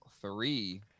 three